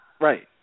Right